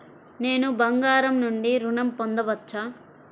నేను బంగారం నుండి ఋణం పొందవచ్చా?